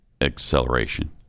acceleration